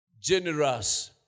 generous